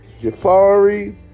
Jafari